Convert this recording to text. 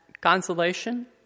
consolation